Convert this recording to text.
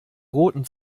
roten